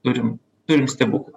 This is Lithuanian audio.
turim turim stebuklą